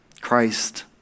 Christ